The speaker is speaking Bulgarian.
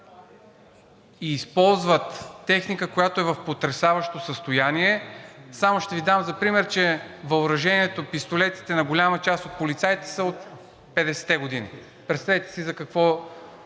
и използват техника, която е в потресаващо състояние. Само ще Ви дам за пример, че въоръжението, пистолетите на голяма част от полицаите са от 50-те години. Представете си за какво